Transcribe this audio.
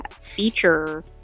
feature